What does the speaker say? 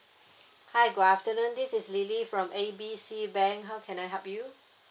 hi good afternoon this is lily from A B C bank how can I help you